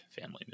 family